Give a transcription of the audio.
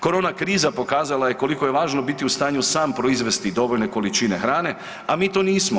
Korona kriza pokazala je koliko je važno biti u stanju sam proizvesti dovoljne količine hrane, a mi to nismo.